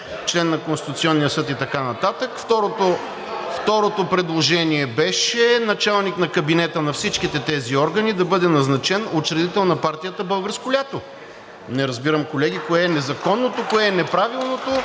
член на Конституционния съд и така нататък. (Шум и реплики.) Второто предложение беше началник на кабинета на всичките тези органи да бъде назначен учредител на партията „Българско лято“. Не разбирам, колеги, кое е незаконното, кое е неправилното?!